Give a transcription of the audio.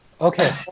Okay